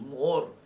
more